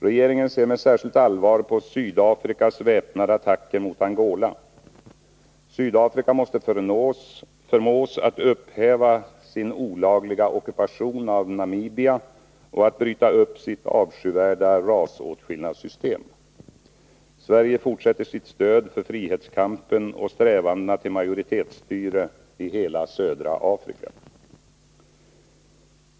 Regeringen ser med särskilt allvar på Sydafrikas väpnade attacker mot Angola. Sydafrika måste förmås att upphäva sin olagliga ockupation av Namibia och att bryta upp sitt avskyvärda rasåtskillnadssystem. Sverige fortsätter sitt stöd för frihetskampen och strävandena till majoritetsstyre i hela södra Afrika.